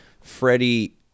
Freddie